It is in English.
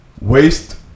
waste